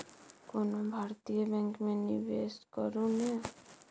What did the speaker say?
कोनो भारतीय बैंक मे निवेश करू ने